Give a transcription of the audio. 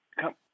come